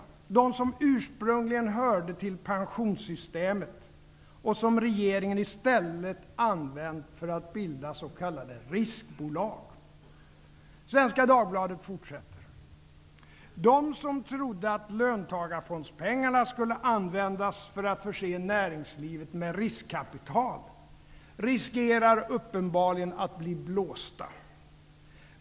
De pengar som ursprungligen hörde till pensionssystemet, och som regeringen i stället använt för att bilda s.k. Svenska Dagbladet fortsätter: ''De som trodde att löntagarfondspengarna skulle användas för att förse näringslivet med riskkapital, riskerar uppenbarligen att bli blåsta.